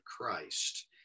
Christ